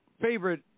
favorite